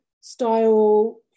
style